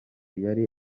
yari